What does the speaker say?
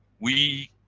we,